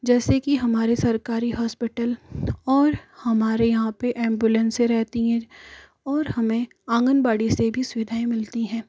जैसे की हमारे सरकारी हॉस्पिटल और हमारे यहाँ पर एम्बुलेंसे रहती हैं और हमें आंगनवाड़ी से भी सुविधाएं मिलती हैं